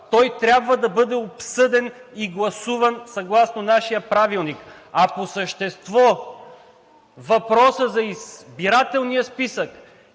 Той трябва да бъде обсъден и гласуван съгласно нашия Правилник. А по същество въпросът за избирателния списък